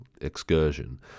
excursion